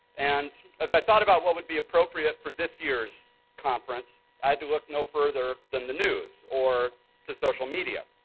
and as i thought about what would be appropriate for this year's conference, i had to look no further than the news, or to social media.